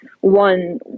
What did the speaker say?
one